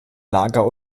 lager